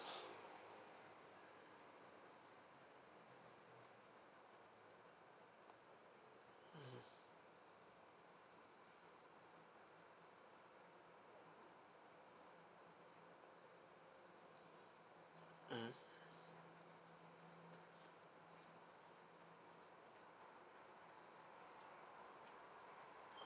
mm mmhmm